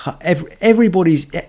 Everybody's